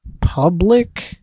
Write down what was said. public